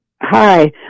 Hi